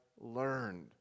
learned